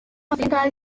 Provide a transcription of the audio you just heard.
afurika